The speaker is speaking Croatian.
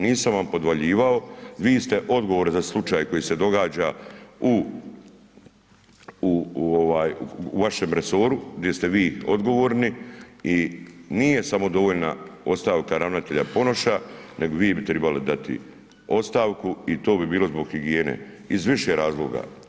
Nisam vam podvaljivao, vi ste odgovorni za slučaj koji se događa u vašem resoru gdje ste vi odgovorni i nije samo dovoljna ostavka ravnatelja Ponoša nego bi vi trebali dati ostavku i to bi bilo zbog higijene, iz više razloga.